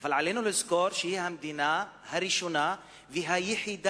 אבל עלינו לזכור שהיא המדינה הראשונה והיחידה